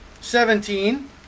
seventeen